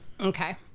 Okay